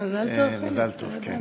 מזל טוב, חיליק.